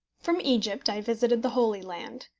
from egypt i visited the holy land,